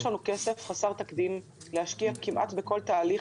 מדובר בכסף חסר תקדים להשקעה כמעט בכל תהליך,